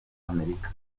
amerika